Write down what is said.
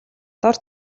дор